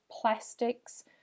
plastics